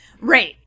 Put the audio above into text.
Right